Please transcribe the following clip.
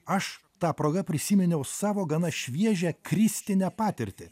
aš ta proga prisiminiau savo gana šviežią kristinę patirtį